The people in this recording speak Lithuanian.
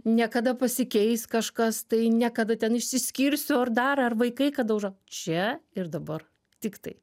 ne kada pasikeis kažkas tai ne kada ten išsiskirsiu ar dar ar vaikai kada užau čia ir dabar tik tai